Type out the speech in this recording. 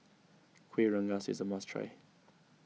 Kuih Rengas is a must try